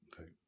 Okay